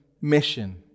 mission